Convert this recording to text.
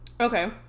Okay